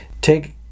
take